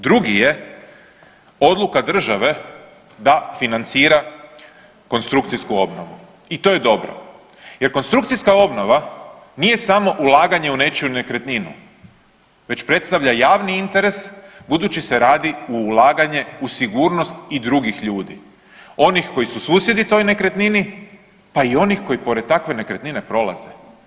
Drugi je odluka države da financira konstrukcijsku obnovu i to je dobro jer konstrukcijska obnova nije samo ulaganje u nečiju nekretninu već predstavlja javni interes budući se radi u ulaganje u sigurnost i drugih ljudi, onih koji su susjedi toj nekretnini, pa i onih koji pored takve nekretnine prolaze.